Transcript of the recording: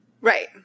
Right